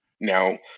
now